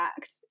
act